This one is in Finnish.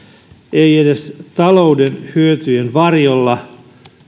ei edes talouden hyötyjen varjolla